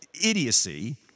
idiocy